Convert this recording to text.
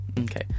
Okay